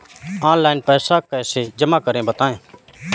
Online पैसा कैसे जमा करें बताएँ?